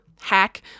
hack